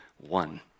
one